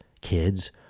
kids